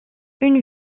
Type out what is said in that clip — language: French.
une